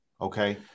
Okay